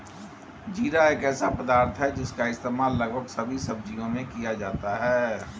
जीरा एक ऐसा पदार्थ है जिसका इस्तेमाल लगभग सभी सब्जियों में किया जाता है